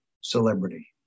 celebrity